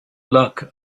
luck